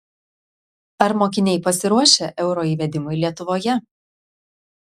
ar mokiniai pasiruošę euro įvedimui lietuvoje